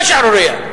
מה שערורייה?